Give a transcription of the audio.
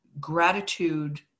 gratitude